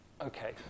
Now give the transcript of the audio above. okay